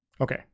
Okay